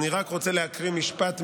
אני רק רוצה להקריא משפט.